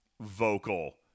vocal